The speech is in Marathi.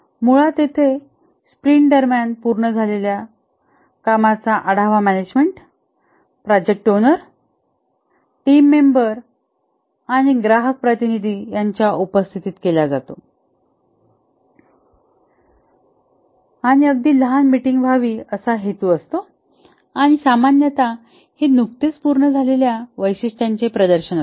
मुळात येथे स्प्रिंट दरम्यान पूर्ण झालेल्या कामाचा आढावा management project owner team member आणि ग्राहक प्रतिनिधी यांच्या उपस्थितीत केला जातो आणि अगदी लहान मीटिंग व्हावी असा हेतू असतो आणि सामान्यत हे नुकतेच पूर्ण झालेल्या वैशिष्ट्यांचे प्रदर्शन असते